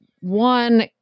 one